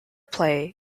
play